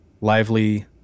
Lively